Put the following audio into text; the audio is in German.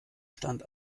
stand